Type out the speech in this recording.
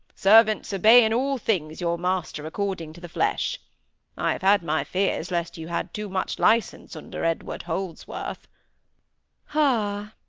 servants, obey in all things your master according to the flesh i have had my fears lest you had too much licence under edward holdsworth ah,